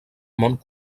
mont